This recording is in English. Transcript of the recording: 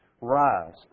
rise